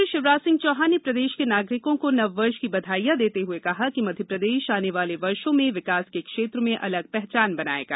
मुख्यमंत्री शिवराज सिंह चौहान ने प्रदेश के नागरिकों को नववर्ष की बधाई देते हुए कहा कि मध्यप्रदेश आने वाले वर्षों में विकास के क्षेत्र में अलग पहचान बनाएगा